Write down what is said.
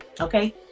okay